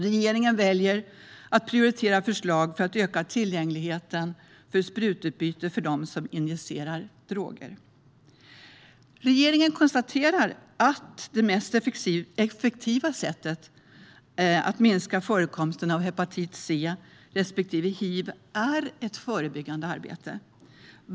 Regeringen väljer att prioritera förslag för att öka tillgängligheten till sprututbyte för dem som injicerar droger. Regeringen konstaterar att det mest effektiva sättet att minska förekomsten av hepatit C och hiv är ett förebyggande arbete.